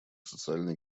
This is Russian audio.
социально